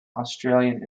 australian